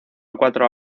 cuatro